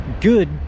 good